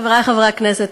חברי חברי הכנסת,